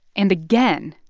and again.